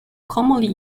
commonly